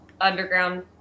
underground